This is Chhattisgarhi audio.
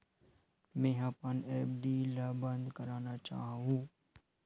मेंहा अपन एफ.डी ला बंद करना चाहहु